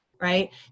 right